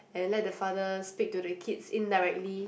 and let the father speak to the kids indirectly